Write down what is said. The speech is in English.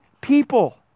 people